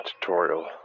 tutorial